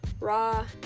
raw